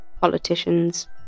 politicians